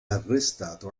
arrestato